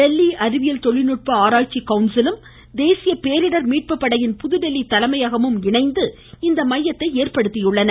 டெல்லி அறிவியல் தொழில்நுட்ப ஆராய்ச்சி கவுன்சிலும் தேசிய பேரிடர் மீட்பு படையின் புதுதில்லி தலைமையகமும் இணைந்து இம்மையத்தை ஏற்படுத்தியுள்ளன